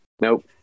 Nope